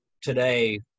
today